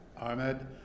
Ahmed